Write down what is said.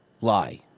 lie